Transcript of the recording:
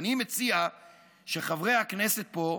ואני מציע שחברי הכנסת פה,